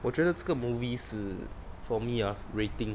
我觉得这个 movie 是 for me ah rating